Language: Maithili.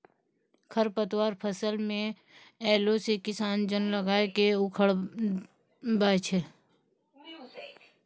खरपतवार फसल मे अैला से किसान जन लगाय के उखड़बाय छै